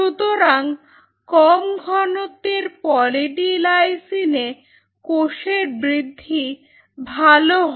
সুতরাং কম ঘনত্বের পলি ডি লাইসিনে কোষের বৃদ্ধি ভালো হয়